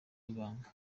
w’ibanga